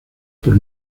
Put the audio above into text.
por